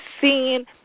seen